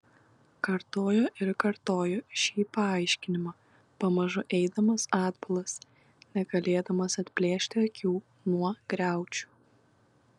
kartojo ir kartojo šį paaiškinimą pamažu eidamas atbulas negalėdamas atplėšti akių nuo griaučių